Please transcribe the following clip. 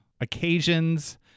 occasions